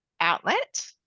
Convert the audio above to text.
outlet